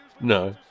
No